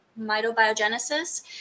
mitobiogenesis